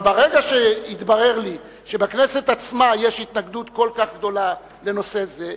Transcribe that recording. אבל ברגע שהתברר לי שבכנסת עצמה יש התנגדות כל כך גדולה לנושא זה,